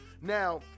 Now